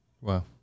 wow